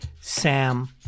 Sam